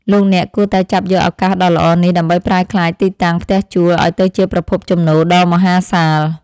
លោកអ្នកគួរតែចាប់យកឱកាសដ៏ល្អនេះដើម្បីប្រែក្លាយទីតាំងផ្ទះជួលឱ្យទៅជាប្រភពចំណូលដ៏មហាសាល។